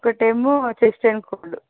ఒకటి ఏమో chest and cold